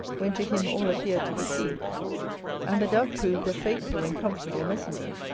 when to him all appeared to be sea and the dove proved a faithful and comfortable messenger.